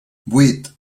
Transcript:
vuit